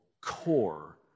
core